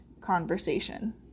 conversation